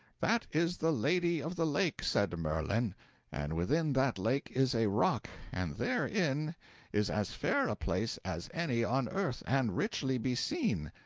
that is the lady of the lake, said merlin and within that lake is a rock, and therein is as fair a place as any on earth, and richly beseen,